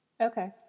okay